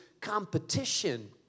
competition